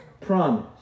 promise